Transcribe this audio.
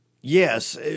Yes